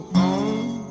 home